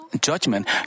judgment